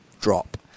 drop